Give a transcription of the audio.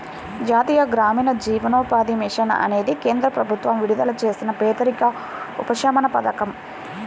జాతీయ గ్రామీణ జీవనోపాధి మిషన్ అనేది కేంద్ర ప్రభుత్వం విడుదల చేసిన పేదరిక ఉపశమన పథకం